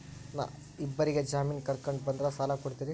ನಾ ಇಬ್ಬರಿಗೆ ಜಾಮಿನ್ ಕರ್ಕೊಂಡ್ ಬಂದ್ರ ಸಾಲ ಕೊಡ್ತೇರಿ?